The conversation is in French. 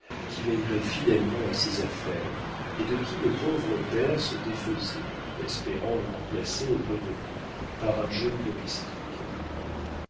qui veillerait fidèlement à ses affaires et de qui le pauvre père se défaisait espérant le remplacer auprès de lui par un jeune domestique